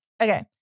Okay